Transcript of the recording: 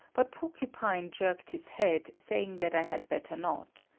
but porcupine jerked his head, saying that i had better not.